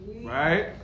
Right